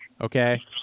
Okay